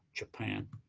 japan.